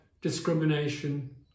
discrimination